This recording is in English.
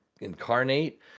Incarnate